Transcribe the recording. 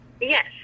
yes